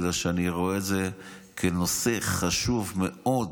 כי אני רואה את זה כנושא חשוב מאוד,